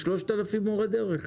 יש 3,000 מורי דרך?